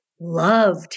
loved